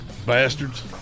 Bastards